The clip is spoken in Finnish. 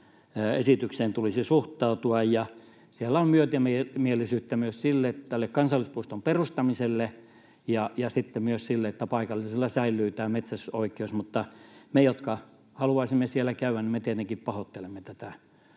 esitykseen tulisi suhtautua, ja siellä on myötämielisyyttä myös tälle kansallispuiston perustamiselle ja sitten myös sille, että paikallisilla säilyy tämä metsästysoikeus, mutta me, jotka haluaisimme siellä käydä, tietenkin pahoittelemme tätä